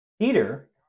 Peter